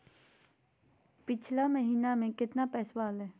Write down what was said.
पिछला महीना मे कतना पैसवा हलय?